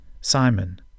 Simon